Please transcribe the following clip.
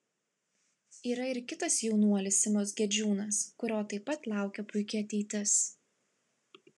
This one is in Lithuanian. yra ir kitas jaunuolis simas gedžiūnas kurio taip pat laukia puiki ateitis